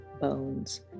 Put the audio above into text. Bones